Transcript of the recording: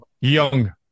Young